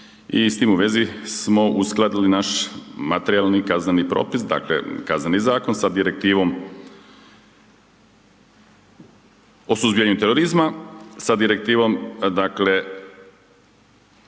i s tim u vezi smo uskladili naš materijalni, kazneni propis, dakle Kazneni zakon sa Direktivom, o suzbijanju turizma, sa Direktivom dakle